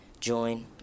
join